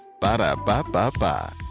Ba-da-ba-ba-ba